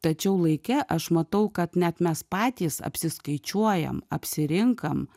tačiau laike aš matau kad net mes patys apsiskaičiuojam apsirinkam